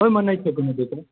ओहिमे नहि छै कोनो दिकत